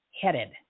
headed